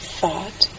thought